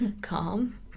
Calm